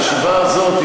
בישיבה הזאת,